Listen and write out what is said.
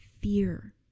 fear